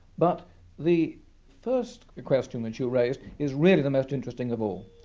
but the first question that you raised is really the most interesting of all,